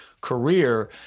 career